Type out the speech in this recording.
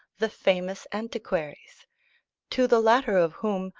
the famous antiquaries to the latter of whom,